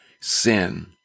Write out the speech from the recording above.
sin